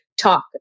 talk